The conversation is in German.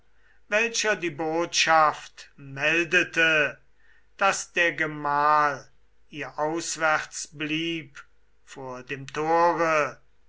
welcher die botschaft meldete daß der gemahl ihr auswärts blieb vor dem tore